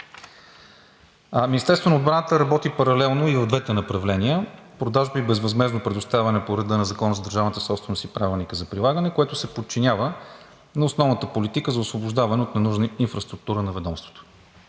Министерството на отбраната работи паралелно и от двете направления – продажби и безвъзмездно предоставяне по реда на Закона за държавната собственост и Правилника за прилагане, като се подчинява на основната политика за освобождаване от ненужна инфраструктура на ведомството.